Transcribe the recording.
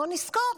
בוא נזכור,